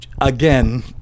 again